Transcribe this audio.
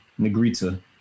Negrita